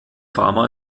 farmer